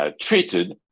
treated